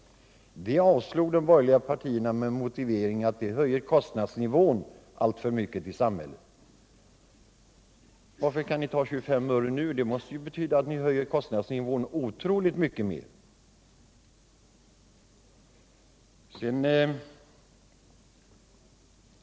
Det förslaget avslog de borgerliga partierna med motiveringen att det skulle höja kostnadsnivån i samhället alltför mycket. Men varför kan ni nu föreslå en höjning med 25 öre? Det måste ju betyda att kostnadsnivån höjs otroligt mycket mer.